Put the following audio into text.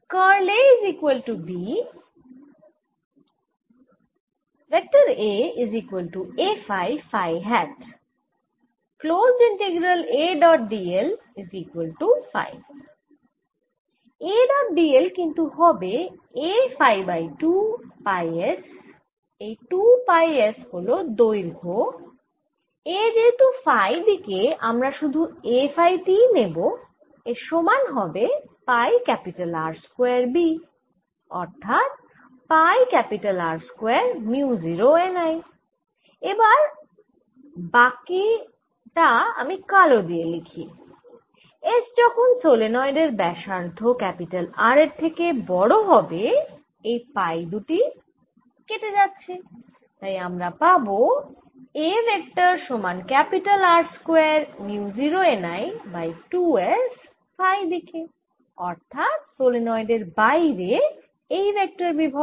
A dot d l কিন্তু হবে A phi 2 pi s এই 2 পাই s হল দৈর্ঘ্য A যেহেতু ফাই দিকে আমরা শুধু A ফাই টিই পাবো এর সমান হবে পাই R স্কয়ার B অর্থাৎ pi R square mu 0 n I এবার বাকি তা আমি কালো দিয়ে লিখি s যখন সলেনয়েডের ব্যাসার্ধ R এর থেকে বড় হবে এই পাই দুটি কেটে যাচ্ছে তাই আমরা পাবো A ভেক্টর সমান R square mu 0 n I by 2 s phi দিকে অর্থাৎ সলেনয়েডের বাইরে এই ভেক্টর বিভব